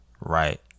right